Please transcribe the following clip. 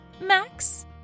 Max